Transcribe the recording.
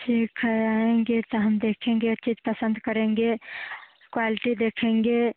ठीक है आएंगे तो हम देखेंगे चीज पसंद करेंगे क्वैलिटी देखेंगे